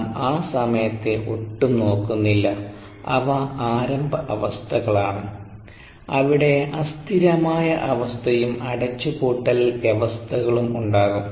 നാം ആ സമയത്തെ ഒട്ടും നോക്കുന്നില്ല അവ ആരംഭ അവസ്ഥകളാണ് അവിടെ അസ്ഥിരമായ അവസ്ഥയും അടച്ചുപൂട്ടൽ വ്യവസ്ഥകളും ഉണ്ടാകും